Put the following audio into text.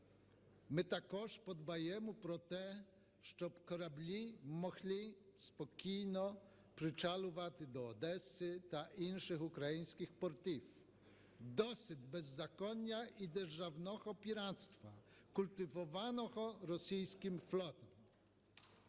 Ми також подбаємо про те, щоб кораблі могли спокійно причалювати до Одеси та інших українських портів. Досить беззаконня і державного піратства, культивованого російським флотом!